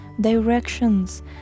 directions